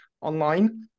online